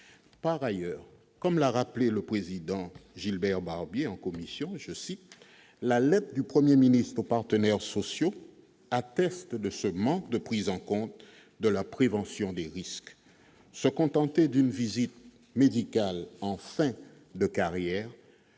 Par ailleurs, comme l'a rappelé Gilbert Barbier en commission, « la lettre du Premier ministre aux partenaires sociaux atteste de ce manque de prise en compte de la prévention des risques. Se contenter d'une visite médicale en fin de carrière